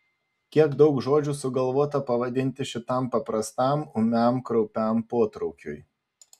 kiek daug žodžių sugalvota pavadinti šitam paprastam ūmiam kraupiam potraukiui